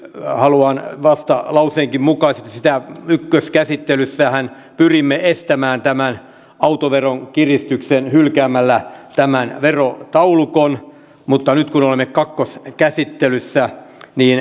vastalauseenkin mukaisesti sillä ykköskäsittelyssähän pyrimme estämään tämän autoveron kiristyksen hylkäämällä tämän verotaulukon nyt kun olemme kakkoskäsittelyssä